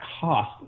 cost